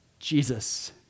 Jesus